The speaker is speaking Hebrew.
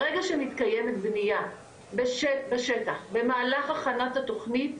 ברגע שמתקיימת בנייה בשטח במהלך הכנת התוכנית,